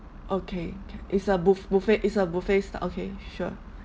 okay K it's a buf~ buffet it's a buffet style okay sure